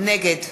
נגד